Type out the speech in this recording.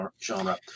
genre